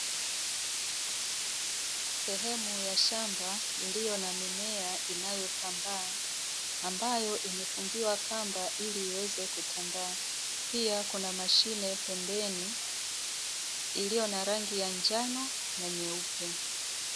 Sehemu ya shamba iliyo na mimea inayotambaa ambayo imefungiwa kamba ili iweze kutambaa, pia kuna mashine pembeni iliyo na rangi ya njano na nyeupe.